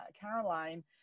Caroline